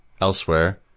elsewhere